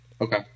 Okay